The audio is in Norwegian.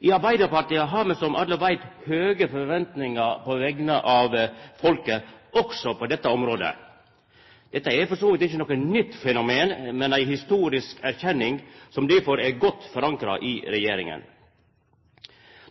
I Arbeidarpartiet har me, som alle veit, høge forventningar på vegner av folket, også på dette området. Dette er for så vidt ikkje noko nytt fenomen, men er ei historisk erkjenning som difor er godt forankra i regjeringa.